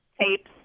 tapes